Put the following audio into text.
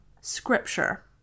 scripture